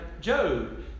Job